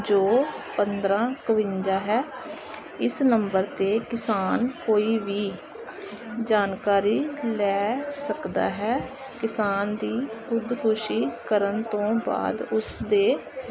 ਜੋ ਪੰਦਰਾਂ ਇੱਕਵੰਜਾ ਹੈ ਇਸ ਨੰਬਰ 'ਤੇ ਕਿਸਾਨ ਕੋਈ ਵੀ ਜਾਣਕਾਰੀ ਲੈ ਸਕਦਾ ਹੈ ਕਿਸਾਨ ਦੀ ਖੁਦਕੁਸ਼ੀ ਕਰਨ ਤੋਂ ਬਾਅਦ ਉਸਦੇ